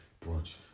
brunch